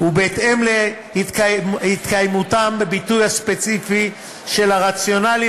ובהתאם להתקיימותם בביטוי הספציפי של הרציונלים